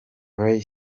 ray